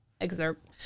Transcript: excerpt